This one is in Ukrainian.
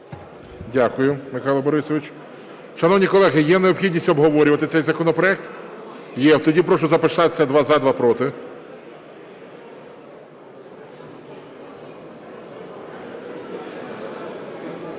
Дякую, Михайло Борисович. Шановні колеги, є необхідність обговорювати цей законопроект? Є. Тоді прошу записатися: два – за, два – проти.